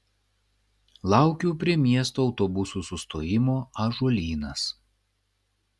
laukiu prie miesto autobusų sustojimo ąžuolynas